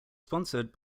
sponsored